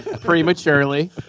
prematurely